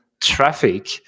traffic